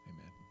Amen